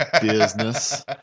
business